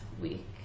week